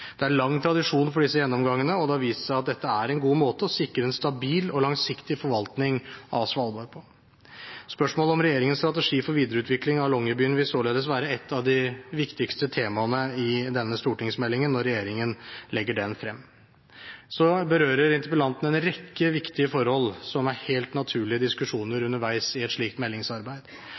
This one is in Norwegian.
Det er lang tradisjon for disse gjennomgangene, og det har vist seg at dette er en god måte å sikre en stabil og langsiktig forvaltning av Svalbard på. Spørsmålet om regjeringens strategi for videreutvikling av Longyearbyen vil således være et av de viktigste temaene når regjeringen legger frem denne stortingsmeldingen. Så berører interpellanten en rekke viktige forhold som er helt naturlige diskusjoner underveis i et slikt meldingsarbeid.